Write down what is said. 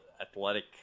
athletic